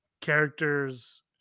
characters